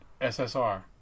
SSR